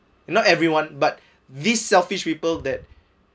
not everyone but these selfish people that